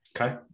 Okay